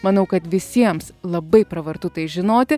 manau kad visiems labai pravartu tai žinoti